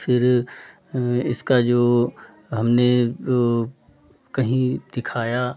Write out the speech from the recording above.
फिर इसका जो हमने ओ कहीं दिखाया